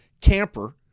camper